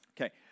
Okay